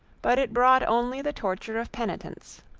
but it brought only the torture of penitence,